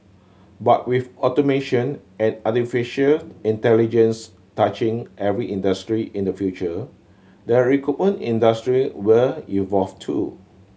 but with automation and artificial intelligence touching every industry in the future the recruitment industry will evolve too